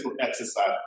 exercise